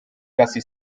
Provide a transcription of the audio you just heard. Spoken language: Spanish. casi